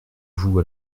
vous